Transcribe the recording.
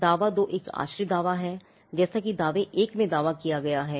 दावा 2 एक आश्रित दावा है जैसा कि दावे 1 में दावा किया गया है